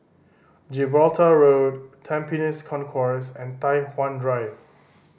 Gibraltar Road Tampines Concourse and Tai Hwan Drive